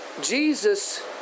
Jesus